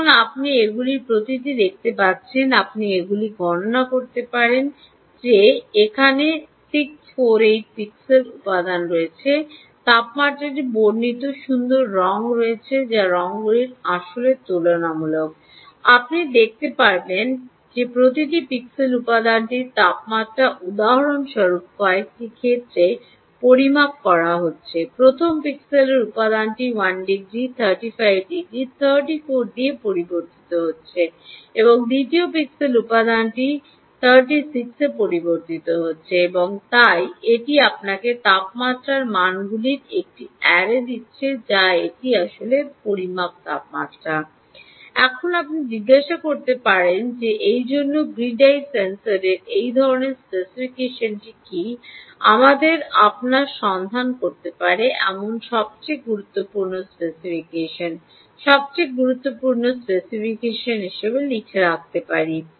সুতরাং আপনি এগুলির প্রতিটি দেখতে পাচ্ছেন আপনি এগুলি গণনা করতে পারেন যে এখানে 64৪ পিক্সেল উপাদান রয়েছে তাপমাত্রাটি বর্ণিত সুন্দর রঙ রয়েছে যা রঙগুলি আসলে তুলনামূলক আপনি দেখতে পারবেন যে প্রতিটি পিক্সেল উপাদানটির তাপমাত্রা উদাহরণস্বরূপ কয়েকটি ক্ষেত্রে পরিবর্তন করা হচ্ছে প্রথম পিক্সেল উপাদানটি 1 ডিগ্রি 35 ডিগ্রি 34 দিয়ে পরিবর্তিত হচ্ছে এবং দ্বিতীয় পিক্সেল উপাদানটি আসলে ৩ 36 এ পরিবর্তিত হচ্ছে এবং তাই এটি আপনাকে তাপমাত্রার মানগুলির একটি অ্যারে দিচ্ছে যা এটি আসলে পরিমাপ তাপমাত্রা এখন আপনি জিজ্ঞাসা করতে পারেন যে এর জন্য গ্রিড আই সেন্সরের এই ধরণের স্পেসিফিকেশনটি কী আমাদের আপনার সন্ধান করতে পারে এমন সবচেয়ে গুরুত্বপূর্ণ স্পেসিফিকেশন সবচেয়ে গুরুত্বপূর্ণ স্পেসিফিকেশন লিখে রাখি